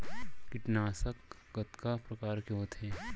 कीटनाशक कतका प्रकार के होथे?